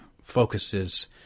focuses